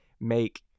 make